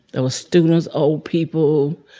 there were students, old people,